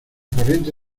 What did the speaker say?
corriente